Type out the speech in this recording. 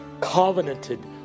covenanted